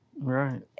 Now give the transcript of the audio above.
Right